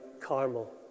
Carmel